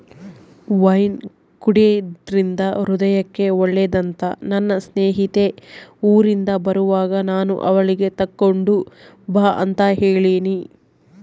wine ಕುಡೆದ್ರಿಂದ ಹೃದಯಕ್ಕೆ ಒಳ್ಳೆದಂತ ನನ್ನ ಸ್ನೇಹಿತೆ ಊರಿಂದ ಬರುವಾಗ ನಾನು ಅವಳಿಗೆ ತಗೊಂಡು ಬಾ ಅಂತ ಹೇಳಿನಿ